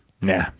Nah